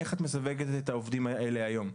איך את מסווגת את העובדים האלה היום.